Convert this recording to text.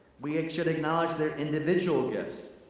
we should acknowledge their individual gifts.